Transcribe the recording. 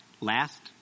last